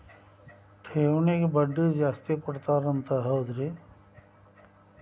ಠೇವಣಿಗ ಬಡ್ಡಿ ಜಾಸ್ತಿ ಕೊಡ್ತಾರಂತ ಹೌದ್ರಿ?